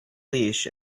leash